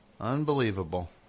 unbelievable